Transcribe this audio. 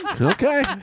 Okay